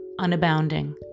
unabounding